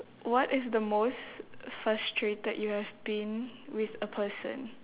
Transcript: what is the most frustrated you have been with a person